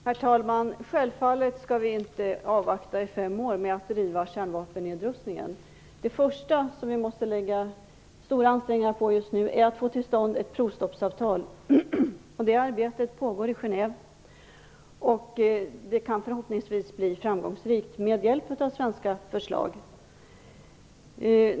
Herr talman! Självfallet skall vi inte avvakta fem år med att driva frågan om kärnvapennedrustningen. Det första som vi just nu måste lägga ned stora ansträngningar på är att få till stånd ett provstoppsavtal. Det arbetet pågår i Genève, och det kan förhoppningsvis bli framgångsrikt med hjälp av svenska förslag.